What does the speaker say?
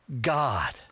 God